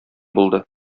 булды